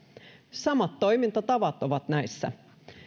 samat toimintatavat ovat näissä